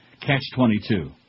catch-22